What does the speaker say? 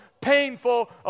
painful